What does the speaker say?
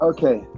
Okay